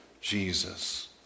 Jesus